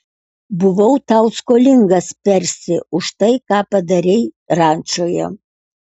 buvau tau skolingas persi už tai ką padarei rančoje